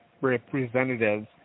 representatives